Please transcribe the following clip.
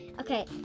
Okay